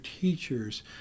teachers